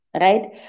right